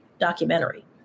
documentary